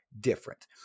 different